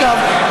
אגב,